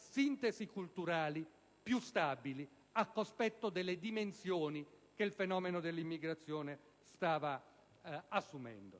sintesi culturali più stabili a dispetto delle dimensioni che il fenomeno dell'immigrazione stava assumendo.